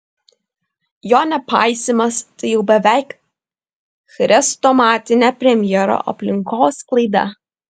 jo nepaisymas tai jau beveik chrestomatinė premjero aplinkos klaida